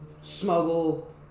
smuggle